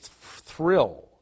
thrill